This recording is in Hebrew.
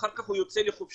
אחר כך הוא יוצא לחופשי,